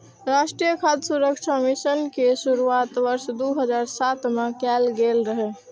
राष्ट्रीय खाद्य सुरक्षा मिशन के शुरुआत वर्ष दू हजार सात मे कैल गेल रहै